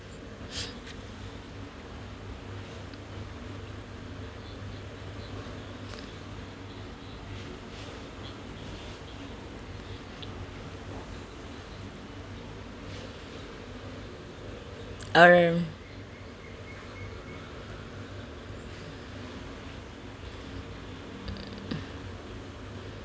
R_M